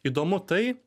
įdomu tai